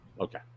Okay